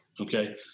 Okay